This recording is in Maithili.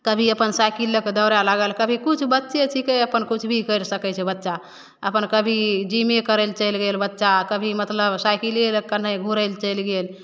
कभी अपन साइकिल लैके दौड़े लागल कभी किछु बच्चे छिकै अपन किछु भी करि सकै छै बच्चा अपन कभी जिमे करै ले चलि गेल बच्चा कभी मतलब साइकिले लैके कन्हैँ घुरै ले चलि गेल